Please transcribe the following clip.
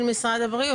של משרד הבריאות.